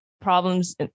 problems